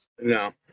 No